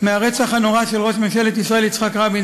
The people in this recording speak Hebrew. מהרצח הנורא של ראש ממשלת ישראל יצחק רבין,